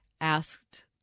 asked